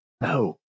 No